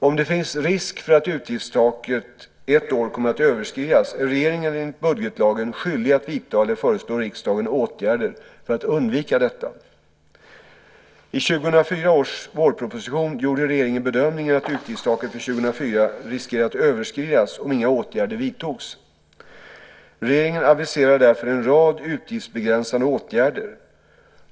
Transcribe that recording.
Om det finns risk för att utgiftstaket ett år kommer att överskridas är regeringen enligt budgetlagen skyldig att vidta eller föreslå riksdagen åtgärder för att undvika detta. I 2004 års ekonomiska vårproposition gjorde regeringen bedömningen att utgiftstaket för 2004 riskerade att överskridas om inga åtgärder vidtogs. Regeringen aviserade därför en rad utgiftsbegränsande åtgärder.